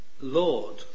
Lord